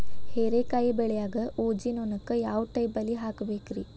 ಹೇರಿಕಾಯಿ ಬೆಳಿಯಾಗ ಊಜಿ ನೋಣಕ್ಕ ಯಾವ ಟೈಪ್ ಬಲಿ ಹಾಕಬೇಕ್ರಿ?